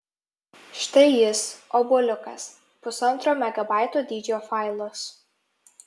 štai jis obuoliukas pusantro megabaito dydžio failas